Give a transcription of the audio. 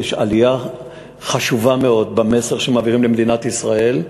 יש עלייה חשובה מאוד במסר שמעבירים במדינת ישראל.